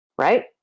Right